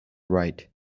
right